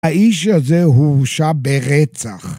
‫האיש הזה הורשע ברצח.